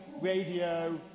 radio